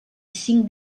cinc